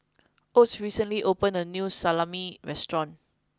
Ott recently opened a new Salami restaurant